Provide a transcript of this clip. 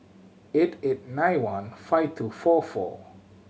eight eight nine one five two four four